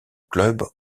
club